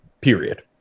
Period